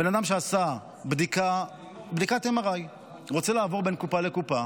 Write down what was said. בן אדם שעשה בדיקת MRI ורוצה לעבור מקופה לקופה,